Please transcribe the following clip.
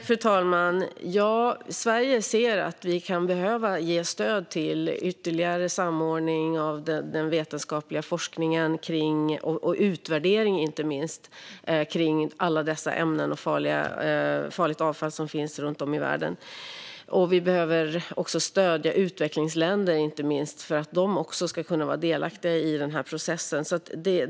Fru talman! Vi i Sverige ser att vi kan behöva ge stöd till ytterligare samordning av den vetenskapliga forskningen, och inte minst utvärderingen, kring alla dessa ämnen och det farliga avfall som finns runt om i världen. Vi behöver också stödja inte minst utvecklingsländer för att även de ska kunna vara delaktiga i denna process.